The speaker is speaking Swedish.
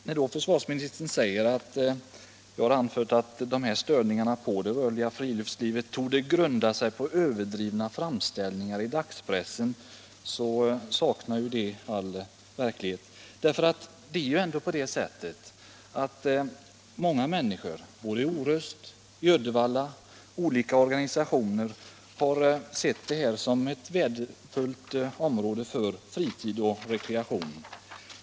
När då försvarsministern säger att uppfattningen om de här störningarna på det rörliga friluftslivet torde grunda sig på överdrivna framställningar i dagspressen saknar det all anknytning till verkligheten. Det är ändå många människor både i Orust och Uddevalla och olika organisationer som har sett det här som ett värdefullt område för fritid och rekreation.